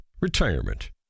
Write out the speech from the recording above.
Retirement